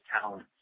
talent